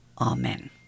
Amen